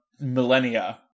millennia